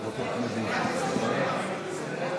אני יכולה,